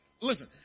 listen